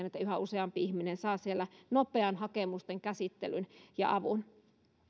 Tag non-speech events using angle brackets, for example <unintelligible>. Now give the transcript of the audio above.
<unintelligible> että yhä useampi ihminen saa siellä nopean hakemusten käsittelyn ja avun